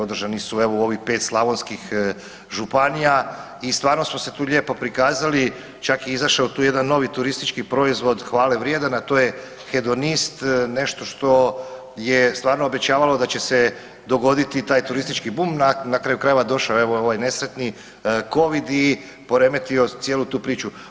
Održani su evo u ovih 5 slavonskih županija i stvarno smo se tu lijepo prikazali čak je izašao tu jedan novi turistički proizvod hvale vrijedan, a to je hedonist nešto što je stvarno obećavalo da će se dogoditi taj turistički bum, na kraju krajeva došao je ovaj nesretni Covid i poremetio cijelu tu priču.